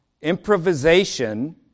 Improvisation